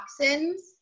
toxins